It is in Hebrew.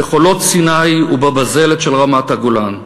בחולות סיני ובבזלת של רמת-הגולן?